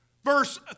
Verse